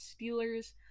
Steelers